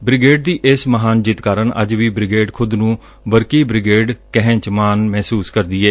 ਬ੍ਰਿਰਾਂਡ ਦੀ ਇਸ ਮਹਾਨ ਜਿੱਤ ਕਾਰਨ ਅੱਜ ਵੀ ਬ੍ਰਿਗੇਡ ਖੁਦ ਨੂੰ ਬਰਕੀ ਬ੍ਰਿਗੇਡ ਕਹਿਣ ਚ ਮਾਣ ਮਹਿਸੁਸ ਕਰਦੀ ਏ